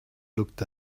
looked